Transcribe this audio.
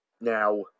now